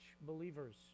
believers